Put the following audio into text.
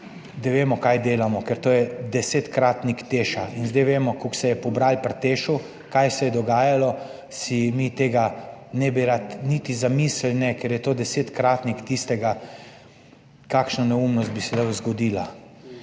vemo, kaj delamo, ker to je desetkratnik Teša. Zdaj vemo, koliko se je pobralo pri Tešu, kaj se je dogajalo, tega si ne bi rad niti zamislili, ker je to desetkratnik tistega, kakšna neumnost bi se lahko zgodila.